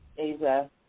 Aza